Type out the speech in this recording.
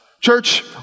Church